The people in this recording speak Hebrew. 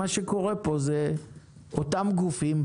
אותם גופים,